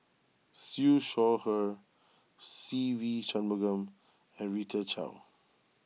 Siew Shaw Her Se Ve Shanmugam and Rita Chao